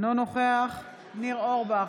אינו נוכח ניר אורבך,